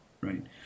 Right